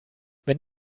wenn